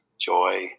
joy